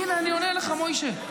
הינה, אני עונה לך, משה.